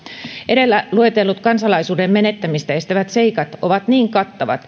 edellä luetellut kansalaisuuden menettämistä estävät seikat ovat niin kattavat